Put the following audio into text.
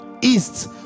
east